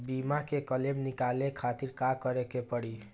बीमा के क्लेम निकाले के खातिर का करे के पड़ी?